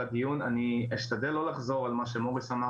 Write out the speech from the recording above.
אני אשתדל לא לחזור על מה שמוריס אמר